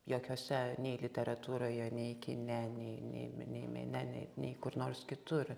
jokiose nei literatūroje nei kine nei nei nei mene nei nei kur nors kitur